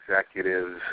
executives